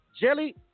Jelly